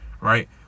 right